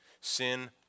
Sin